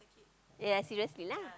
ya seriously lah